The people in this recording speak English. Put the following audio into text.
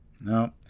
No